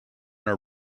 are